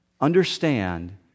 understand